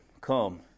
come